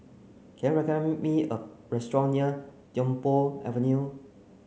can you me a restaurant near Tiong Poh Avenue